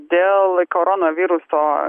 dėl koronaviruso